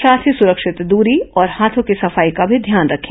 साथ ही सुरक्षित दूरी और हाथों की सफाई का भी ख्याल रखें